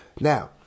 Now